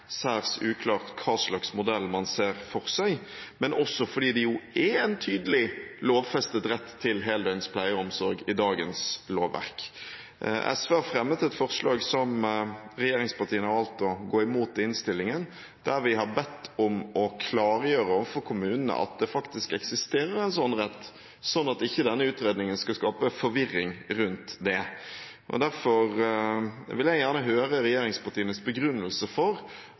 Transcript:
særs uklart hva slags modell man ser for seg, og fordi det er en tydelig lovfestet rett til heldøgns pleie og omsorg i dagens lovverk. SV har sammen med Arbeiderpartiet og Senterpartiet fremmet et forslag i innstillingen som regjeringspartiene har valgt å gå imot, et forslag der vi ber om å klargjøre overfor kommunene at det faktisk eksisterer en slik rett, slik at denne utredningen ikke skal skape forvirring rundt dette. Derfor vil jeg gjerne høre regjeringspartienes begrunnelse for